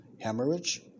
hemorrhage